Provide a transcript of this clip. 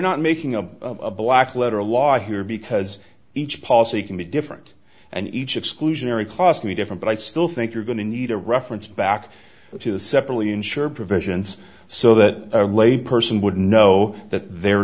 not making a black letter law here because each policy can be different and each exclusionary class me different but i still think you're going to need a reference back to the separately ensure provisions so that layperson would know that they're